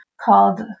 called